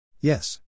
Yes